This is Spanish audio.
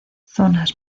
zonas